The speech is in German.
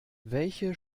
welche